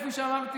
כפי שאמרתי,